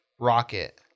rocket